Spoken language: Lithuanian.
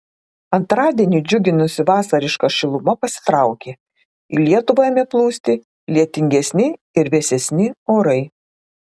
antradienį džiuginusi vasariška šiluma pasitraukė į lietuvą ėmė plūsti lietingesni ir vėsesni orai